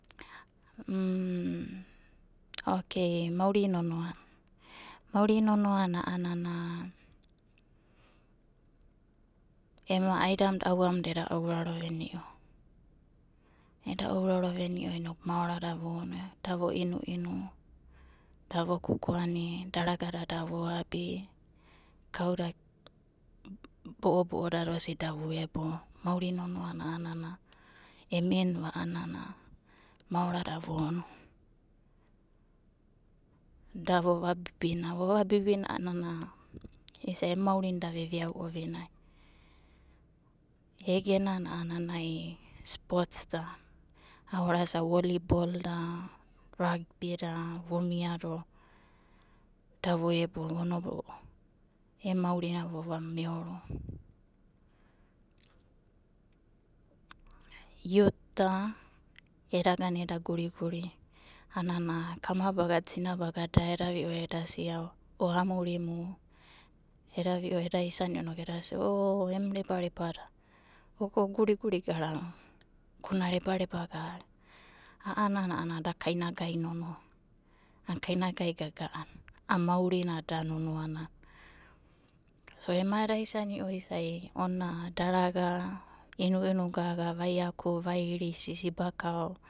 Okei mauri nonoana a'anana ema aidamuda auamuda eda ouraro veni'o maoradada vono. Da vo inuinu, da vo kukuani, daragada da voabi, kauda bo'obo'odada osi da vuebo. Mauri nonoana a'ana e minva a'anana maorada vono da vova bibina. Vova bibina a'anana isai emu maurina da veveai ovinai. Egenana a'anai spots da orasa wolibol da ragbida vomiado da voebo vonobo'o em maurina em maurina vova meoroa. Yutda eda gana eda guriguri a'anana kamabagana o amurimu eda vi'o eda isani'o inoku edasia o em rebareba da oga oguriguri garau va ko ona rebareba gaga. A'anana a'ana da kainagai nonoa a'ana kainagai gaga'ana a'a maurina da nonoana so ema eda isani'o edasia ona daraga, inuinu gaga, vaiaku, vairi, sisibakao.